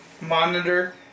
monitor